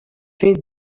این